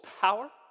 power